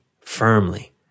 firmly